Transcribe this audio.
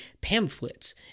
pamphlets